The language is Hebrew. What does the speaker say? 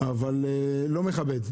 אבל זה לא מכבד.